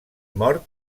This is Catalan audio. mort